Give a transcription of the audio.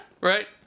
Right